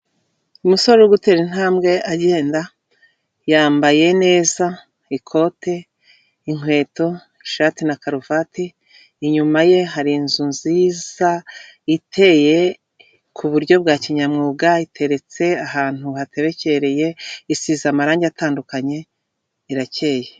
Iyi ni inzu ikodeshwa iri ahantu bita kugisozi mu mujyi wa kigali mu Rwanda bakaba bari kuvuga ngo iyi nzu irimo ibyumba bibiri kandi irimo n'ubwogero bugera kuri bubiri.